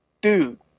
dude